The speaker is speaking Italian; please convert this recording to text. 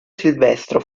silvestro